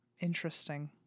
interesting